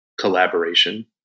collaboration